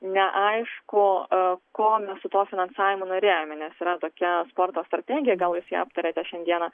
neaišku ko mes su tuo finansavimu norėjome nes yra tokia sporto strategija gal jūs ją aptarėte šiandieną